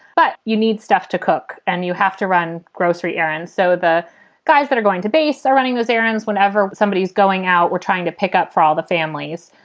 but you need stuff to cook and you have to run grocery errands. so the guys that are going to base are running those errands whenever somebody is going out. we're trying to pick up for all the families.